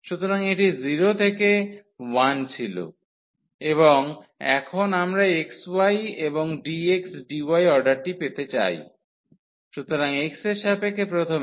সুতরাং এটি 0 থেকে 1 ছিল এবং এখন আমরা xy এবং dx dy অর্ডারটি পেতে চাই সুতরাং x এর সাপেক্ষে প্রথমে